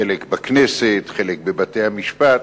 חלק בכנסת, חלק בבתי-המשפט,